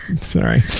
Sorry